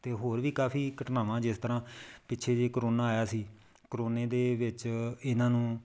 ਅਤੇ ਹੋਰ ਵੀ ਕਾਫ਼ੀ ਘਟਨਾਵਾਂ ਜਿਸ ਤਰ੍ਹਾਂ ਪਿੱਛੇ ਜਿਹੇ ਕਰੋਨਾ ਆਇਆ ਸੀ ਕਰੋਨੇ ਦੇ ਵਿੱਚ ਇਹਨਾਂ ਨੂੰ